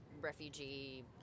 refugee